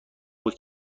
بود